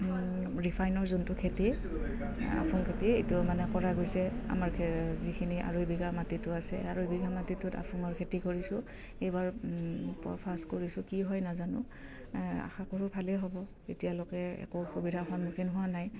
ৰিফাইনৰ যোনটো খেতি খেতি এইটো মানে কৰা গৈছে আমাৰ যিখিনি আঢ়ৈ বিঘা মাটিটো আছে আঢ়ৈ বিঘা মাটিটোত খেতি কৰিছোঁ এইবাৰ ফাৰ্ষ্ট কৰিছোঁ কি হয় নাজানো আশা কৰোঁ ভালেই হ'ব এতিয়ালৈকে একো অসুবিধাৰ সন্মুখীন হোৱা নাই